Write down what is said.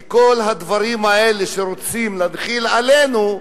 כי כל הדברים האלה שרוצים להחיל עלינו,